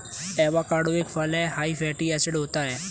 avocado एक फल हैं हाई फैटी एसिड होता है